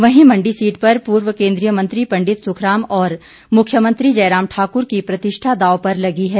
वहीं मंडी सीट पर पूर्व केंद्रीय मंत्री पंडित सुखराम और मुख्यमंत्री जयराम ठाकुर की प्रतिष्ठा दाव पर लगी है